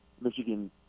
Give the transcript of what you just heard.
Michigan